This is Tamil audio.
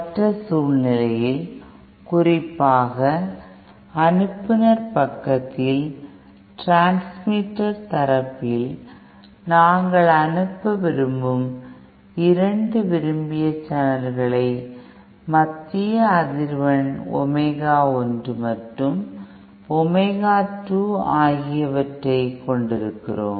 மற்ற சூழ்நிலையில் குறிப்பாக அனுப்புனர் பக்கத்தில் டிரான்ஸ்மிட்டர் தரப்பில் நாங்கள் அனுப்ப விரும்பும் 2 விரும்பிய சேனல்களை மத்திய அதிர்வெண் ஒமேகா 1 மற்றும் ஒமேகா 2 ஆகியவற்றை கொண்டிருக்கிறோம்